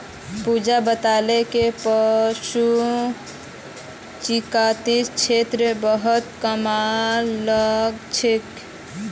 पूजा बताले कि पशु चिकित्सार क्षेत्रत बहुत काम हल छेक